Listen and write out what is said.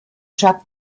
jack